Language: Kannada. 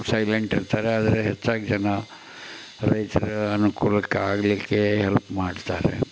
ಸೈಲೆಂಟ್ ಇರ್ತಾರೆ ಆದರೆ ಹೆಚ್ಚಾಗಿ ಜನ ರೈತರ ಅನುಕೂಲಕ್ಕಾಗಲಿಕ್ಕೆ ಹೆಲ್ಪ್ ಮಾಡ್ತಾರೆ